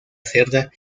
cerda